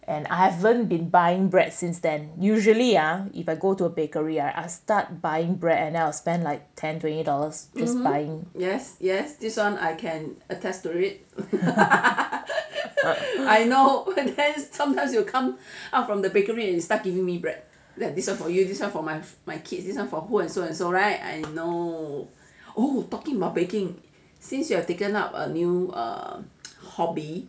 and I haven't been buying bread since then usually ah if I go to a bakery I will start buying bread and then I'll spend like ten twenty dollars